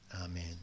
Amen